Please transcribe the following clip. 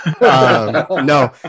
no